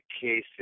cases